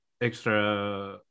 extra